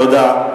תודה.